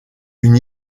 une